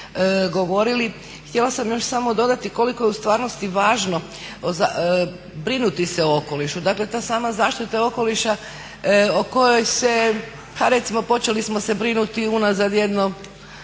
Htjela sam još samo dodati koliko je u stvarnosti važno brinuti se o okolišu, dakle ta sama zaštita okoliša o kojoj se pa recimo počeli smo se brinuti unazad jedno